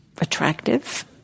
attractive